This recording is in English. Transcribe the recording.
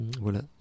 voilà